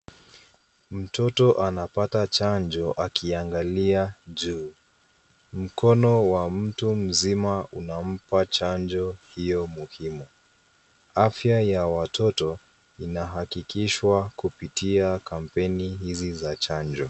Mtoto anapata chanjo akiangalia juu. Mkono wa mtu mzima unampa chanjo hiyo muhimu. Afya ya watoto inahakikishwa kupitia kampeni hizi Za chanjo.